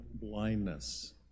blindness